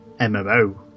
MMO